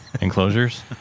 enclosures